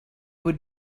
would